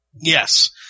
Yes